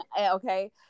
Okay